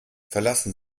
verlassen